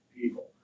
people